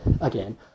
again